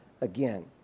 again